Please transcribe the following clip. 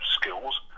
skills